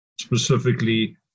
specifically